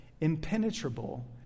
impenetrable